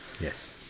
Yes